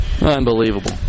Unbelievable